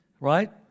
right